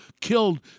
killed